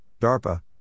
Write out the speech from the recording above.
DARPA